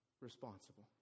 responsible